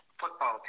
football